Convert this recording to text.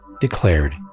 declared